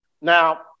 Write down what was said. Now